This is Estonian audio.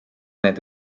need